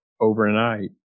overnight